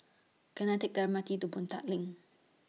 Can I Take The M R T to Boon Tat LINK